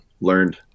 learned